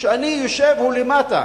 אני יושב והוא למטה.